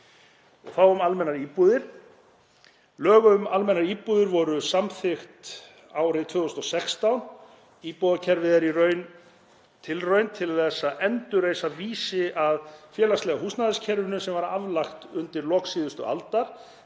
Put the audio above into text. Þá um almennar íbúðir. Lög um almennar íbúðir voru samþykkt árið 2016. Íbúðakerfið er í raun tilraun til að endurreisa vísi að félagslega húsnæðiskerfinu sem var aflagt undir lok síðustu aldar